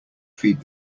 feed